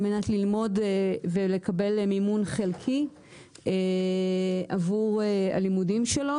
על מנת ללמוד ולקבל מימון חלקי עבור הלימודים שלו,